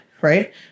right